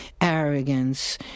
arrogance